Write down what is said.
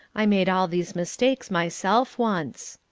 i made all these mistakes myself once.